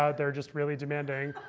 ah they're just really demanding.